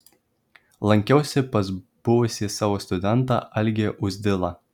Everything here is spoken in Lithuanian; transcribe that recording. lankiausi pas buvusį savo studentą algį uzdilą